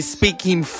speaking